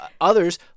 others